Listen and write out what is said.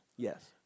Yes